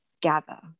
gather